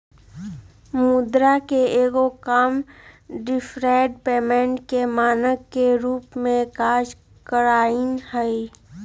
मुद्रा के एगो काम डिफर्ड पेमेंट के मानक के रूप में काज करनाइ हइ